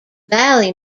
valley